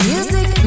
Music